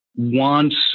wants